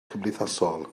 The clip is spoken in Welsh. cymdeithasol